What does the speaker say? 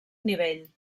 nivell